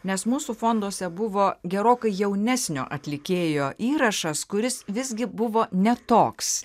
nes mūsų fonduose buvo gerokai jaunesnio atlikėjo įrašas kuris visgi buvo ne toks